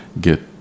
get